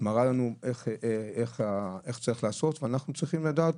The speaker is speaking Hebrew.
מראים לנו איך צריך לעשות ואנחנו צריכים לדעת,